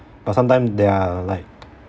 but sometime there are like